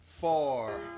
four